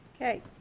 Okay